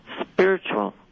spiritual